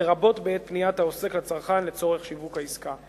לרבות בעת פניית העוסק לצרכן לצורך שיווק העסקה.